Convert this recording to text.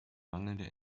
mangelnde